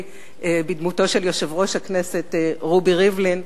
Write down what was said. בדמותו של יושב-ראש הכנסת רובי ריבלין.